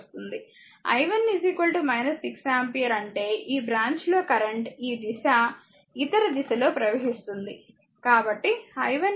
i1 6 ampere అంటే ఈ branch లో కరెంట్ దిశ ఇతర దిశలో ప్రవహిస్తుంది